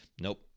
Nope